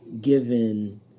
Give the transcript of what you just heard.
given